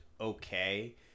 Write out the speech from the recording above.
okay